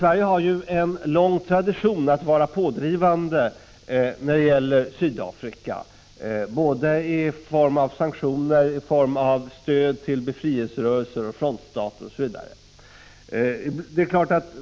Sverige har ju en lång tradition som pådrivande nation när det gäller Sydafrika, i form av sanktioner, i form av stöd till befrielserörelser och frontstater osv.